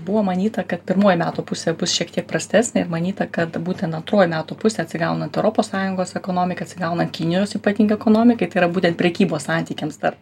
buvo manyta kad pirmoji metų pusė bus šiek tiek prastesnė ir manyta kad būten antroji metų pusė atsigaunant europos sąjungos ekonomikai atsigaunant kinijos ypatingai ekonomikai tai yra būtent prekybos santykiams tarp